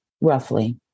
roughly